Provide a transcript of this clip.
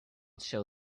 show